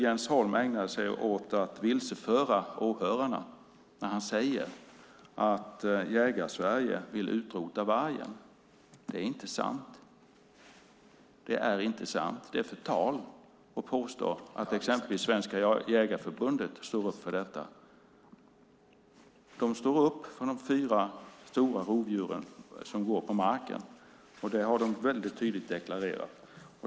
Jens Holm ägnar sig också åt att vilseföra åhörarna när han säger att Jägarsverige vill utrota vargen. Det är inte sant. Det är förtal att påstå att exempelvis Svenska Jägarförbundet står för detta. De står upp för de fyra stora rovdjuren som går på marken, och det har de väldigt tydligt deklarerat.